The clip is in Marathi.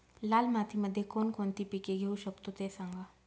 लाल मातीमध्ये कोणकोणती पिके घेऊ शकतो, ते सांगा